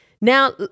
Now